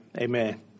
Amen